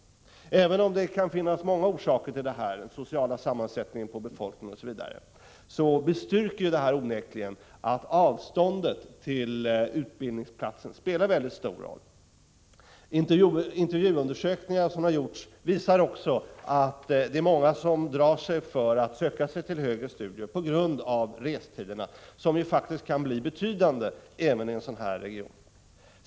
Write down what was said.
Även om det kan finnas många orsaker till detta, t.ex. den sociala sammansättningen av befolkningen, bestyrker undersökningen onekligen att avståndet till utbildningsplatsen spelar en väldigt stor roll. Intervjuundersökningar som gjorts visar också att det är många som drar sig för att söka sig till högre studier på grund av restiderna, som ju faktiskt kan bli betydande även i en sådan här region.